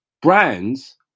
brands